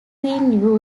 been